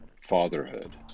fatherhood